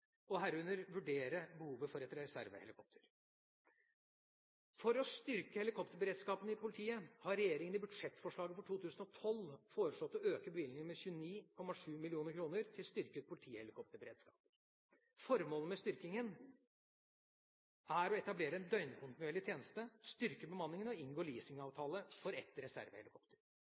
og herunder vurdere behovet for et reservehelikopter. For å styrke helikopterberedskapen i politiet har regjeringa i budsjettforslaget for 2012 foreslått å øke bevilgningen med 29,7 mill. kr til styrket politihelikopterberedskap. Formålet med styrkingen er å etablere en døgnkontinuerlig tjeneste, styrke bemanningen og inngå leasingavtale for